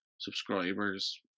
subscribers